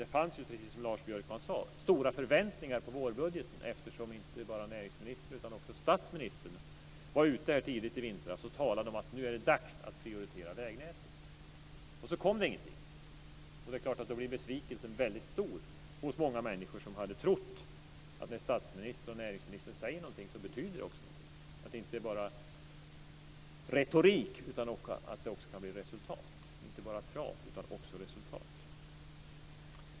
Det fanns, som Lars Björkman sade, stora förväntningar på vårbudgeten, eftersom inte bara näringsministern utan också statsministern tidigt i vintras gick ut och talade om att det nu är dags att prioritera vägnätet, men så kom det ingen. Det är klart att besvikelsen då blir väldigt stor hos många människor som hade trott att när statsministern och näringsministern säger någonting betyder det också någonting - att det inte bara är prat utan utan också kan bli resultat.